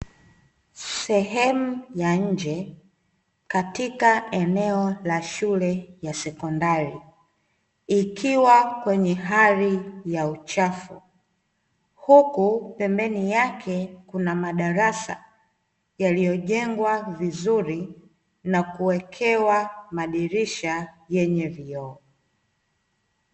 Sehemu ya nje katika shule ya sekondari, ikiwa kwenye hali ya uchafu, huku pembeni yake kuna madarasa yaliyojengwa vizuri na kuwekewa madirisha.